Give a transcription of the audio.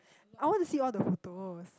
I want to see all the photos